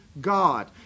God